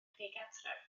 digartref